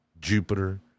Jupiter